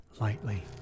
lightly